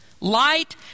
Light